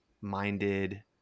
minded